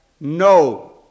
no